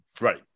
right